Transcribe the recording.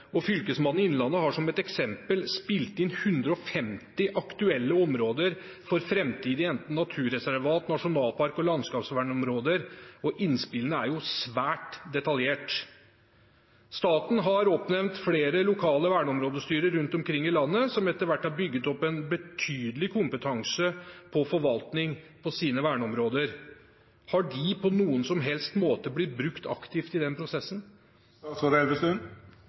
Fylkesmannen i Innlandet har – som et eksempel – spilt inn 150 aktuelle områder for framtidige enten naturreservater, nasjonalparker eller landskapsvernområder. Innspillene er svært detaljerte. Staten har oppnevnt flere lokale verneområdestyrer rundt omkring i landet som etter hvert har bygd opp en betydelig kompetanse på forvaltning av sine verneområder. Har de på noen som helst måte blitt brukt aktivt i denne prosessen?